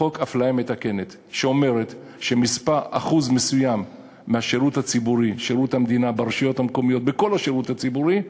חוק אפליה מתקנת שאומר שאחוז מסוים מהמשרות בשירות הציבורי,